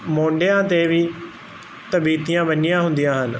ਮੌਢਿਆਂ ਤੇ ਵੀ ਤਬੀਤੀਆਂ ਬੰਨੀਆਂ ਹੁੰਦੀਆਂ ਹਨ